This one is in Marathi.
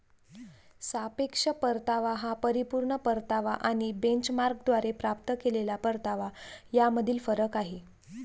सापेक्ष परतावा हा परिपूर्ण परतावा आणि बेंचमार्कद्वारे प्राप्त केलेला परतावा यामधील फरक आहे